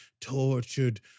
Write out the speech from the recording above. tortured